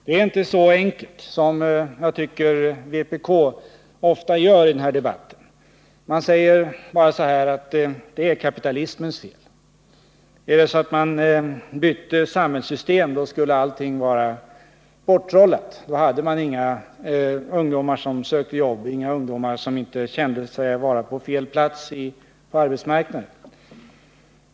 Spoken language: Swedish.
Det är inte så enkelt som vpk ofta gör det i debatten. Vpk säger bara att det är kapitalismens fel och att om man bytte samhällssystem skulle allting vara borttrollat. Då hade vi inga ungdomar som sökte jobb, inga ungdomar som kände sig vara på fel plats på arbetsmarknaden.